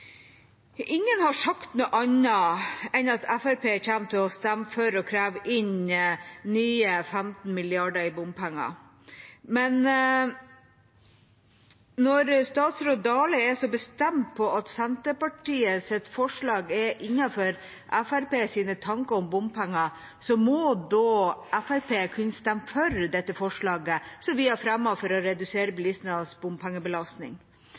Ingen har sagt noe annet enn at Fremskrittspartiet kommer til å stemme for å kreve inn nye 15 mrd. kr i bompenger, men når statsråd Dale er så bestemt på at Senterpartiets forslag er innenfor Fremskrittspartiets tanker om bompenger, må da Fremskrittspartiet kunne stemme for dette forslaget, som vi har fremmet for å redusere bilistenes bompengebelastning.